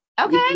Okay